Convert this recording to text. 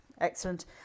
Excellent